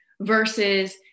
versus